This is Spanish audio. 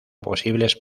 posibles